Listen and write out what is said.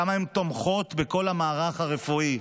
כמה הן תומכות בכל המערך הרפואי.